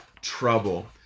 trouble